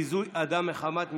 ביזוי אדם מחמת משקל),